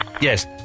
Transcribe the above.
Yes